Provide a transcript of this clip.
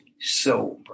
sober